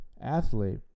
athlete